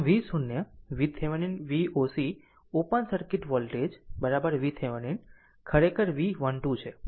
આમ V o VThevenin Voc open circuit voltage VThevenin ખરેખર V 12 છે